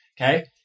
Okay